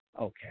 Okay